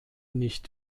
nicht